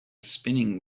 spinning